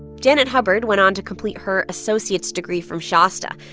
janet hubbard went on to complete her associate's degree from shasta.